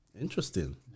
Interesting